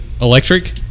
electric